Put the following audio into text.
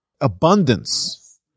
abundance